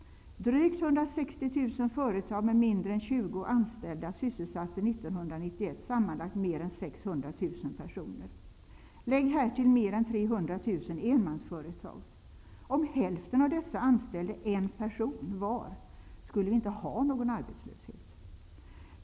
Drygt 160 000 företag med mindre än 20 600 000 personer. Lägg härtill mer än 300 000 enmansföretag. Om hälften av dessa anställde en person var, skulle vi inte ha någon arbetslöshet.